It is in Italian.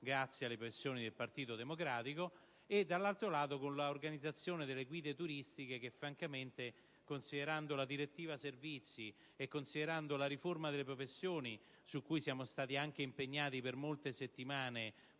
grazie alle pressioni del Partito Democratico)